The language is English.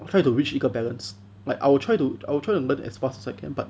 try to reach 一个 balance like I will try to learn as fast as I can but